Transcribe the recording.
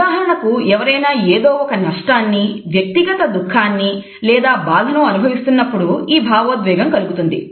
ఉదాహరణకు ఎవరైనా ఏదో ఒక నష్టాన్ని వ్యక్తిగత దుఃఖాన్ని లేదా బాధను అనుభవిస్తున్నప్పుడు ఈ భావోద్వేగం కలుగుతుంది